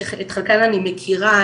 שאת חלקן אני מכירה,